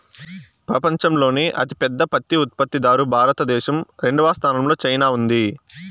పపంచంలోనే అతి పెద్ద పత్తి ఉత్పత్తి దారు భారత దేశం, రెండవ స్థానం లో చైనా ఉంది